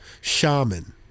Shaman